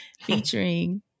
featuring